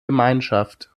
gemeinschaft